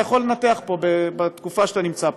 אתה יכול לנתח פה בתקופה שאתה נמצא פה.